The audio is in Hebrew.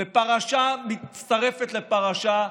שבו פרשה מצטרפת לפרשה,